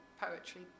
poetry